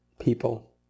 people